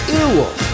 Earwolf